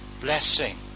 blessing